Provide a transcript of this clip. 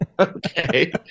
Okay